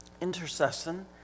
intercession